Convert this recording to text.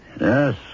Yes